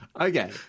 Okay